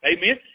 Amen